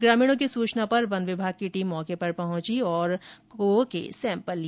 ग्रामीणों की सूचना पर वन विभाग की टीम मौके पर पहुंची और मृत कौओं के सैंपल लिए